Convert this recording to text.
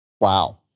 Wow